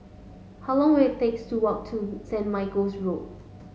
how long will takes to walk to Saint Michael's Road